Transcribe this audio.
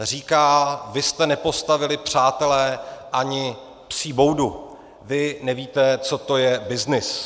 Říká: vy jste nepostavili, přátelé, ani psí boudu, vy nevíte, co to je byznys.